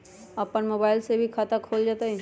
अपन मोबाइल से भी खाता खोल जताईं?